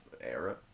era